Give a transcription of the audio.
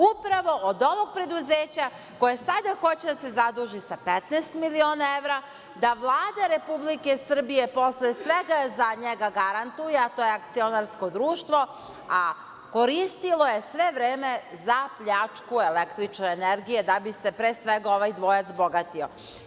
Upravo od ovog preduzeća koje sada hoće da se zaduži sa 15 miliona evra, da Vlada Republike Srbije posle svega za njega garantuje, a to je akcionarsko društvo, a koristilo je sve vreme za pljačku električne energije da bi se pre svega ovaj dvojac bogatio.